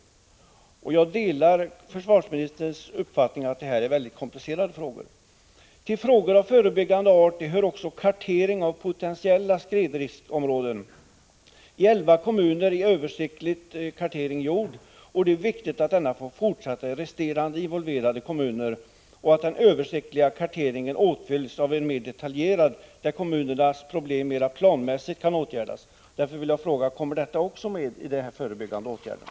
Jag delar försvarsministerns uppfattning att det här är mycket komplicerade frågor. Till åtgärder av förebyggande art hör också kartering av potentiella skredriskområden. I elva kommuner är översiktlig kartering gjord, och det är viktigt att denna får fortsätta i resterande involverade kommuner och att den översiktliga karteringen åtföljs av en mer detaljerad, så att kommunernas problem mera planmässigt kan åtgärdas. Därför vill jag fråga: Kommer detta också med bland de förebyggande åtgärderna?